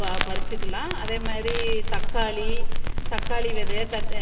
ப பறிச்சிக்கலாம் அதேமாதிரி தக்காளி தக்காளி விதைய கத்